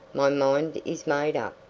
my mind is made up.